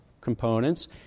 components